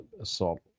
assault